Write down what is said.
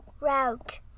route